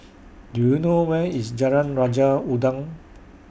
Do YOU know Where IS Jalan Raja Udang